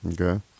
Okay